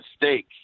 mistake